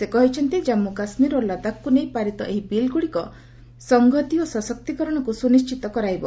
ସେ କହିଛନ୍ତି ଜାନ୍ଗୁ କାଶ୍ମୀର ଓ ଲଦାଖକୁ ନେଇ ପାରିତ ଏହି ବିଲ୍ ଗୁଡିକ ସଂଘତି ଓ ସଶକ୍ତିକରଣକୁ ସୁନିଶ୍ଚିତ କରାଇବ